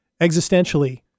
existentially